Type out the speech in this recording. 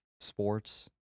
sports